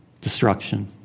Destruction